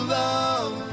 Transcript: love